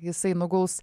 jisai nuguls